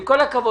עם כל הכבוד,